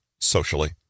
socially